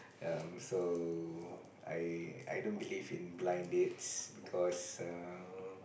um so I I don't believe in blind dates because err